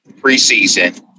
preseason